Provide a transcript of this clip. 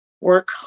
work